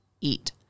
eat